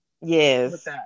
Yes